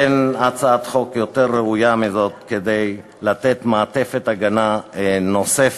אין הצעת חוק יותר ראויה מזאת כדי לתת מעטפת הגנה נוספת